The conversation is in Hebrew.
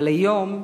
אבל היום,